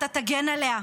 אתה תגן עליה?